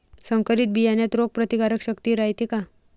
संकरित बियान्यात रोग प्रतिकारशक्ती रायते का?